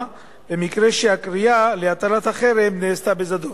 במקרה שהקריאה להטלת החרם נעשתה בזדון.